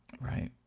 Right